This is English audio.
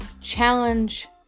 challenge